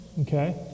Okay